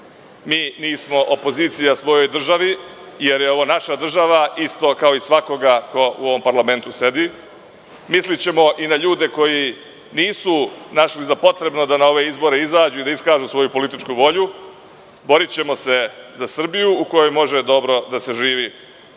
Mi nismo opozicija svojoj državi jer je ovo naša država isto kao i svakoga ko u ovom parlamentu sedi. Mislićemo i na ljude koji nisu našli za potrebno da na ove izbore izađu i kažu svoju političku volju. Borićemo se za Srbiju u kojoj može dobro da se živi.